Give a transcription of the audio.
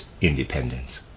independence